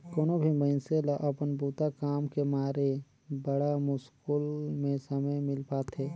कोनो भी मइनसे ल अपन बूता काम के मारे बड़ा मुस्कुल में समे मिल पाथें